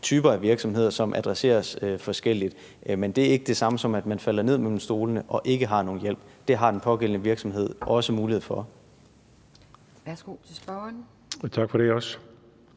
typer af virksomheder, som adresseres forskelligt. Men det er ikke det samme som, at man falder ned mellem stolene og ikke har adgang til nogen hjælp; det har den pågældende virksomhed også mulighed for.